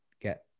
get